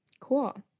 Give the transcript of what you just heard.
Cool